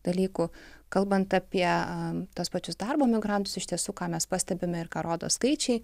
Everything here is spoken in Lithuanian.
dalykų kalbant apie tuos pačius darbo migrantus iš tiesų ką mes pastebime ir ką rodo skaičiai